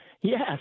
yes